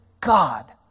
God